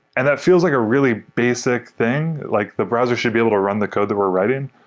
and that feels like a really basic thing, like the browser should be able to run the code that we're writing,